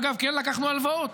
אגב, כן לקחנו הלוואות.